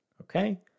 Okay